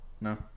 no